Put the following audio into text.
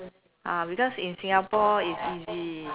ah because in Singapore it's easy